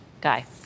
Guy